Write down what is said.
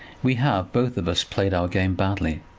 we have, both of us, played our game badly,